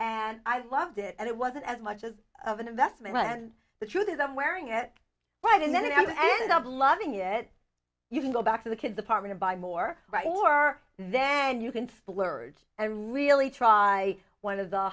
and i loved it and it wasn't as much as an investment and the truth is i'm wearing it right and then i ended up loving it you can go back to the kids apartment buy more right or then you can splurge and really try one of the